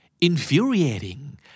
infuriating